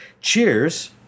Cheers